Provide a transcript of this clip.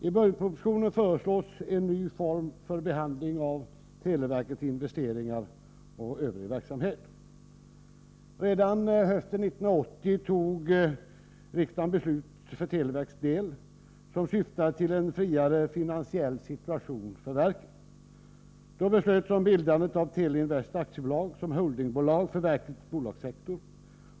I budgetpropositionen föreslås en ny form för behandling av televerkets investeringar och övriga verksamhet. Redan hösten 1980 fattade riksdagen beslut för televerkets del som syftade till en friare finansiell situation för verket. Då beslöts om bildandet av Teleinvest AB som holdingbolag för verkets bolagssektor.